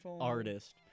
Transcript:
artist